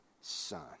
son